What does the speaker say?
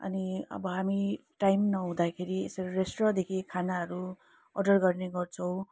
अनि अब हामी टाइम नहुँदाखेरि यसेरी रेस्टुरेन्टदेखि खानाहरू अर्डर गर्ने गर्छौँ